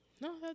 No